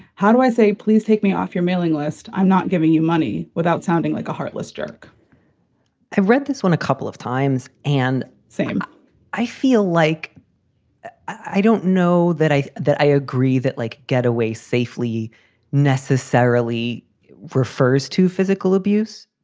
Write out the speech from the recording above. how do i say please take me off your mailing list. i'm not giving you money without sounding like a heartless jerk i've read this one a couple of times and same ah i feel like i don't know that that i agree that, like, get away safely necessarily refers to physical abuse.